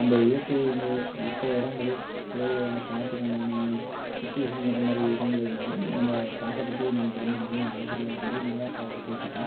அந்த இயற்கை இது மற்ற இடங்கள் இதோ அந்த பாட்டுக்கு உண்டான சுச்வேஷன்கு ஏற்ற மாதிரி இடங்கள் இருந்தாலும் அந்த பார்க்கறதுக்கே எனக்கு ரொம்ப மன ஆறுதலாக இருக்கும் போது நல்லா ப கேட்டுப்பேன்